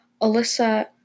Alyssa